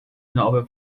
novel